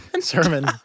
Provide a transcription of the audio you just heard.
Sermon